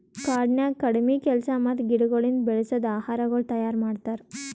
ಕಾಡನ್ಯಾಗ ಕಡಿಮಿ ಕೆಲಸ ಮತ್ತ ಗಿಡಗೊಳಿಂದ್ ಬೆಳಸದ್ ಆಹಾರಗೊಳ್ ತೈಯಾರ್ ಮಾಡ್ತಾರ್